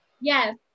Yes